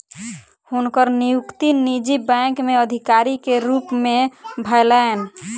हुनकर नियुक्ति निजी बैंक में अधिकारी के रूप में भेलैन